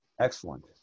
Excellent